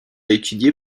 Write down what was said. étudié